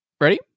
ready